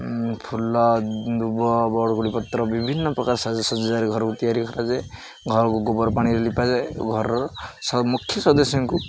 ଫୁଲ ଦୁବ ବରଗୋଳି ପତ୍ର ବିଭିନ୍ନ ପ୍ରକାର ସଜ ସଜ୍ଜାରେ ଘରକୁ ତିଆରି କରାଯାଏ ଘରକୁ ଗୋବର ପାଣିରେ ଲିପାଯାଏ ଘରର ସ ମୁଖ୍ୟ ସଦସ୍ୟଙ୍କୁ